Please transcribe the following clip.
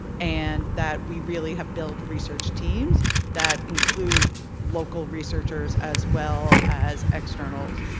and that we really have built research teams that include local researchers as well as external,